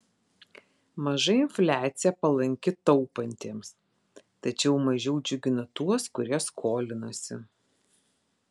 maža infliacija palanki taupantiems tačiau mažiau džiugina tuos kurie skolinasi